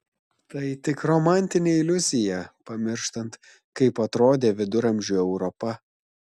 tai tik romantinė iliuzija pamirštant kaip atrodė viduramžių europa